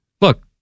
look